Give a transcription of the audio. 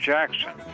Jackson